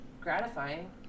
gratifying